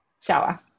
Shower